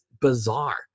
bizarre